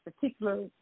particular